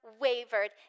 wavered